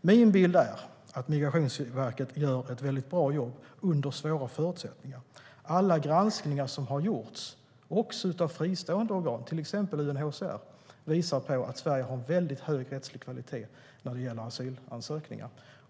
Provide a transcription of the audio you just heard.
Min bild är att Migrationsverket gör ett väldigt bra jobb, under svåra förutsättningar. Alla granskningar som har gjorts, också av fristående organ som till exempel UNHCR, visar att Sverige har väldigt hög rättslig kvalitet när det gäller asylansökningar.